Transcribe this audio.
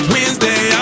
Wednesday